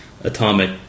atomic